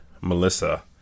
Melissa